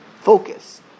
Focus